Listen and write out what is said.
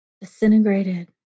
disintegrated